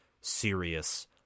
serious